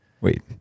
wait